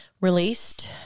released